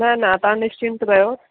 न न तव्हां निशचिंत रहियो